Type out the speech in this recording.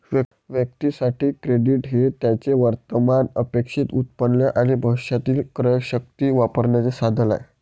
व्यक्तीं साठी, क्रेडिट हे त्यांचे वर्तमान अपेक्षित उत्पन्न आणि भविष्यातील क्रयशक्ती वापरण्याचे साधन आहे